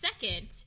second